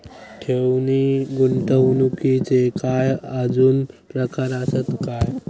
ठेव नी गुंतवणूकचे काय आजुन प्रकार आसत काय?